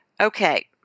Okay